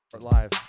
Live